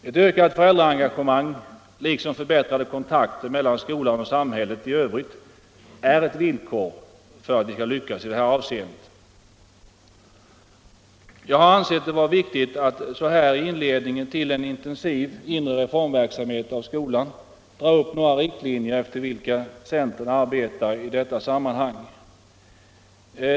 Ett ökat föräldraengagemang, liksom förbättrade kontakter mellan skolan och samhället i övrigt, är ett villkor för att vi skall lyckas i detta avseende. Jag har ansett det vara viktigt att så här i inledningen till en intensiv inre reformverksamhet av skolan dra upp några riktlinjer efter vilka centern arbetar i dessa sammanhang.